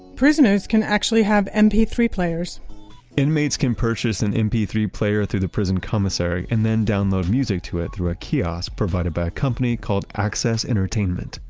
prisoners can actually have m p three players inmates can purchase an and m p three player through the prison commissary and then download music to it through a kiosk provided by a company called, access entertainment.